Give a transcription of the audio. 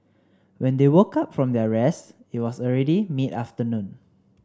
when they woke up from their rest it was already mid afternoon